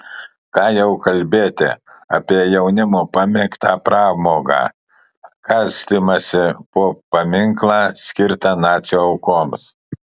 ką jau kalbėti apie jaunimo pamėgtą pramogą karstymąsi po paminklą skirtą nacių aukoms